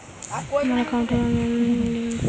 हमर अकाउँटवा मे जून में केतना पैसा अईले हे?